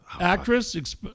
actress